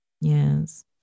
Yes